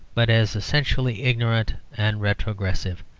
but as essentially ignorant and retrogressive.